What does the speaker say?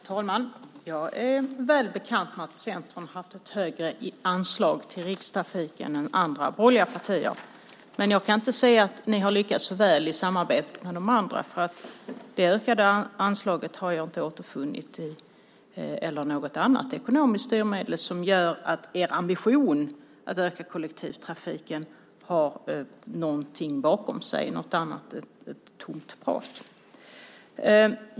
Herr talman! Jag är väl bekant med att Centern har haft ett högre anslag till Rikstrafiken än andra borgerliga partier, men jag kan inte se att ni har lyckats så väl i samarbetet med de andra. Det ökade anslaget har jag inte återfunnit. Jag har inte heller funnit något annat ekonomiskt styrmedel som gör att er ambition att öka kollektivtrafiken har någonting annat än tomt prat bakom sig.